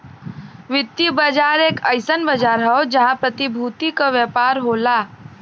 वित्तीय बाजार एक अइसन बाजार हौ जहां प्रतिभूति क व्यापार होला